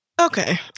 okay